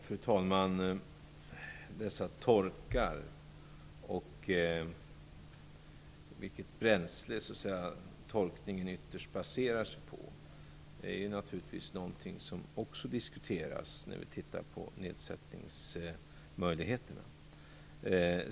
Fru talman! Frågan om dessa torkar och vilket bränsle torkningen ytterst baserar sig på diskuteras naturligtvis också när vi tittar på nedsättningsmöjligheterna.